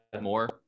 more